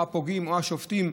או הפוגעים או השובתים,